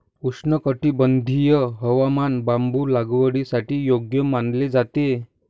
उष्णकटिबंधीय हवामान बांबू लागवडीसाठी योग्य मानले जाते